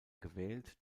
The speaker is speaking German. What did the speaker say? gewählt